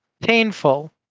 painful